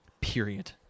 period